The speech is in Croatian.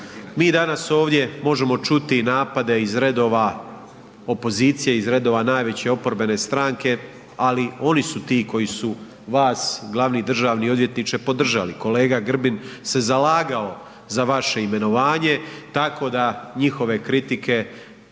Mi danas možemo ovdje čuti napade iz redova opozicije, iz redova najveće oporbene stranke ali oni su ti koji su vas glavni državni odvjetniče podržali. Kolega Grbin se zalagao za vaše imenovanje tako da njihove kritike